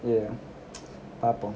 ya பாப்போம்:pappoom